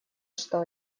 что